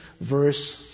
verse